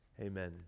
Amen